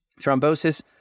Thrombosis